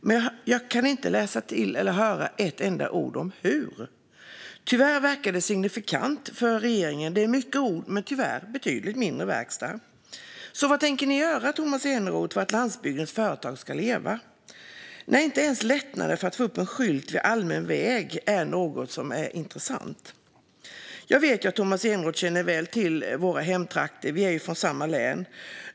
Men jag kan inte höra ett enda ord om hur . Tyvärr verkar det signifikant för regeringen: Det är mycket ord men tyvärr betydligt mindre verkstad. Vad tänker ni göra för att landsbygdens företag ska leva, Tomas Eneroth, när inte ens lättnader gällande att få upp en skylt vid allmän väg är intressant? Jag vet att Tomas Eneroth känner till våra hemtrakter väl. Vi är ju från samma län.